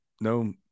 no